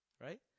Right